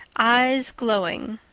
eyes glowing.